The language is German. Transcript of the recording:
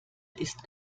ist